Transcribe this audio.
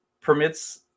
permits